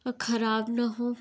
खराब ना हो